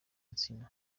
nsina